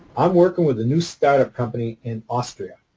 i'm working with a new start-up company in austria.